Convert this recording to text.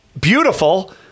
beautiful